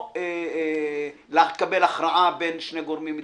או לקבל הכרעה בין שני גורמים מדינתיים.